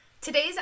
Today's